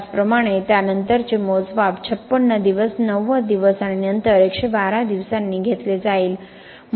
त्याचप्रमाणे त्यानंतरचे मोजमाप 56 दिवस 90 दिवस आणि नंतर 112 दिवसांनी घेतले जाईल